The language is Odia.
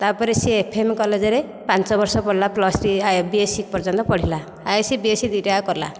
ତା'ପରେ ସେ ଏଫ୍ଏମ୍ କଲେଜରେ ପାଞ୍ଚ ବର୍ଷ ପଢ଼ିଲା ପ୍ଲସ ଥ୍ରୀ ବିଏସ୍ଇ ପର୍ଯ୍ୟନ୍ତ ପଢ଼ିଲା ଆଇଏସ୍ସି ବିଏସ୍ଇ ଦୁଇଟାକ କଲା